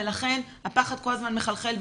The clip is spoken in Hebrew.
ולכן הפחד כל הזמן מחלחל.